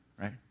right